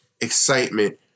excitement